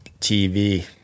tv